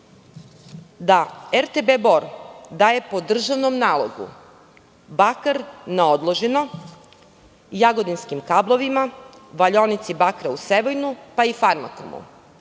da RTB Bor daje po državnom nalogu bakar na odloženo jagodinskim "Kablovima", "Valjaonici bakra" u Sevojnu, pa i "Farmakomu",